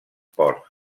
ports